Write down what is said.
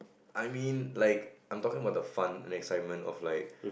I mean like I'm talking about the fun excitement of like